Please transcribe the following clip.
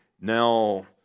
now